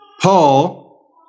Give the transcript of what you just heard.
Paul